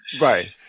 Right